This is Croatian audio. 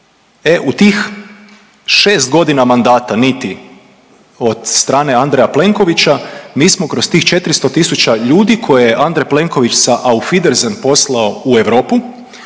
u tih 6 godina mandata niti od strane Andreja Plenkovića mi smo kroz tih 400 tisuća ljudi koje je Andrej Plenković sa auf wiedersehen poslao u Europu,